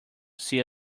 see